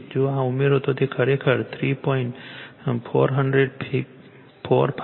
જો આ ઉમેરો તો તે ખરેખર 3